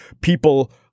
people